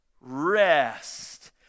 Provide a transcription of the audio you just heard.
rest